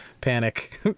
panic